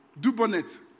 Dubonnet